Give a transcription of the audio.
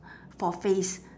for face